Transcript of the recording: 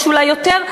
יש אולי יותר,